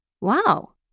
Wow